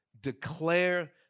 Declare